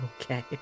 Okay